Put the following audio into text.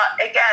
again